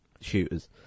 shooters